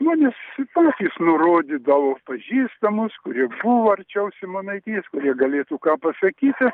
žmonės patys nurodydavo pažįstamus kurie buvo arčiau simonaitytės kurie galėtų ką pasakyti